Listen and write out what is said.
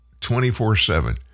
24-7